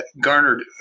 garnered